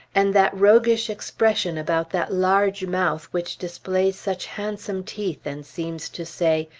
and that roguish expression about that large mouth which displays such handsome teeth, and seems to say,